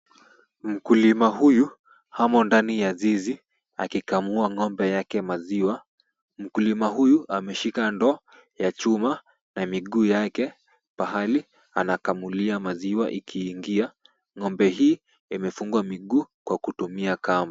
Mkulima huyu amo ndani ya zizi akikamua ng'ombe yake maziwa. Mkulima huyu ameshika ndoo ya chuma na miguu yake pahali anakamulia maziwa ikiingia. Ng'ombe hii imefungwa miguu kwa kutumia kamba.